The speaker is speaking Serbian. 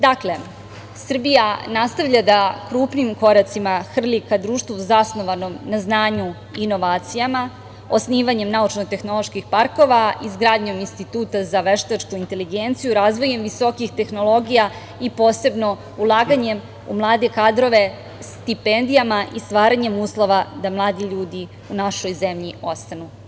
Dakle, Srbija nastavlja da krupnim koracima hrli ka društvu zasnovanom na znanju inovacijama, osnivanjem naučno-tehnoloških parkova, izgradnjom Instituta za veštačku inteligenciju, razvoju visokih tehnologija i posebno ulaganje u mlade kadrove stipendijama i stvaranjem uslova da mladi ljudi u našoj zemlji ostanu.